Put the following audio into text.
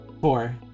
four